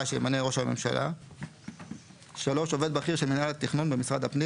שימנה ראש הממשלה; (3) עובד בכיר של מינהל התכנון במשרד הפנים